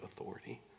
authority